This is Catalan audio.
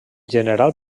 general